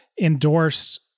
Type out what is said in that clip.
endorsed